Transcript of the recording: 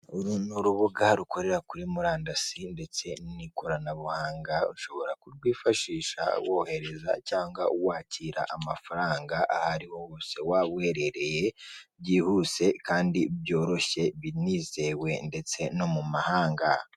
Urupapuro ruriho amagambo yanditse mu ibara ry'umukara n'ubururu hariho inyuguti nini harimo ra na ra na a.